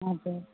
हजुर